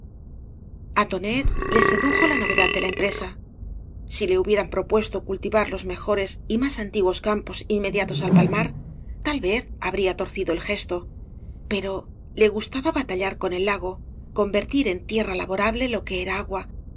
tonet le sedujo la novedad de la empresa si le hubieran propuesto cultivar los mejores y más antiguos campos inmediatos al palmar tal vez habría torcido el gesto pero le gustaba bata llar con el lago convertir en tierra laborable lo que era agua